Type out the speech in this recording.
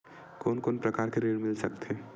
कोन कोन प्रकार के ऋण मिल सकथे?